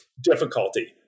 difficulty